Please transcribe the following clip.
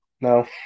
No